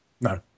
No